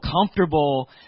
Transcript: comfortable